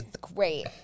Great